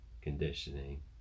conditioning